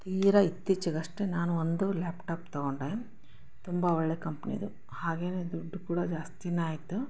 ತೀರಾ ಇತ್ತೀಚಿಗಷ್ಟೇ ನಾನು ಒಂದು ಲ್ಯಾಪ್ಟಾಪ್ ತೊಗೊಂಡೆ ತುಂಬ ಒಳ್ಳೆಯ ಕಂಪ್ನಿದು ಹಾಗೇ ದುಡ್ಡು ಕೂಡ ಜಾಸ್ತಿಯೇ ಆಯಿತು